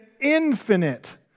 infinite